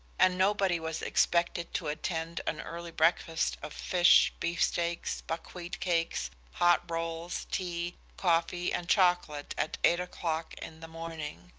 and nobody was expected to attend an early breakfast of fish, beefsteaks, buckwheat cakes, hot rolls, tea, coffee and chocolate at eight o'clock in the morning.